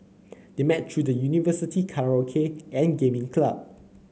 they met through the University karaoke and gaming club